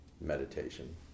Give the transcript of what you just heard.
meditation